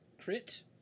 crit